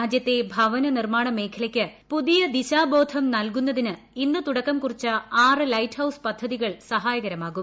രാജ്യത്തെ ഭവന നിർമ്മാണ മേഖലയ്ക്ക് പുതിയ ദിശാബോധം നൽകുന്നതിന് ഇന്ന് തുടക്കം കുറിച്ച ആറ് ലൈറ്റ്ഹൌസ് പദ്ധതികൾ സഹായകരമാകും